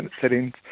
settings